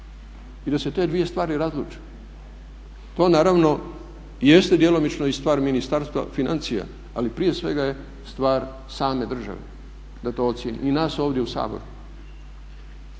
i da se te dvije stvari razluče. To naravno jeste djelomično i stvar Ministarstva financija ali prije svega je stvar same države da to ocijeni. I nas ovdje u Saboru.